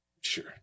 Sure